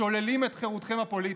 שוללים את חירותכם הפוליטית.